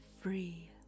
free